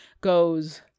goes